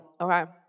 Okay